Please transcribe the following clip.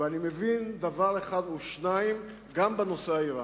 ואני מבין דבר אחד או שניים גם בנושא האירני.